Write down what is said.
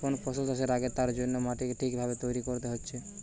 কোন ফসল চাষের আগে তার জন্যে মাটিকে ঠিক ভাবে তৈরী কোরতে হচ্ছে